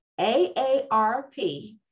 AARP